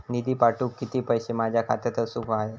निधी पाठवुक किती पैशे माझ्या खात्यात असुक व्हाये?